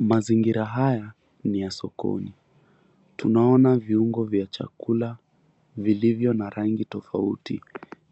Mazingira haya ni ya sokoni. Tunaona viungo vya chakula vilivyo na rangi tofauti